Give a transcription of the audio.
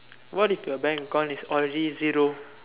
what if your bank account is already zero